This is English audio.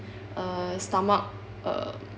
uh stomach uh